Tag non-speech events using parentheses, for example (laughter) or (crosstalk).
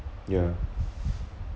yeah (noise)